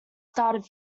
started